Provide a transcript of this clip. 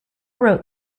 wrote